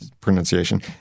pronunciation